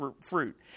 fruit